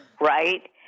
right